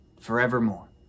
forevermore